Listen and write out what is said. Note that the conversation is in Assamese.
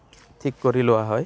ঠিক কৰি লোৱা হয়